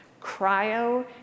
Cryo